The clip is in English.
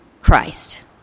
Christ